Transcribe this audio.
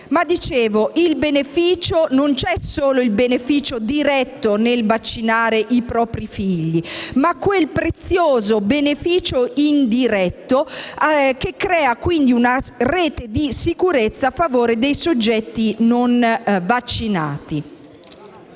salute. Non c'è solo il beneficio diretto nel vaccinare i propri figli, ma quel prezioso beneficio indiretto che crea una rete di sicurezza a favore dei soggetti non vaccinati.